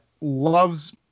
loves